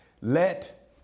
Let